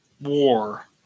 war